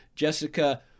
Jessica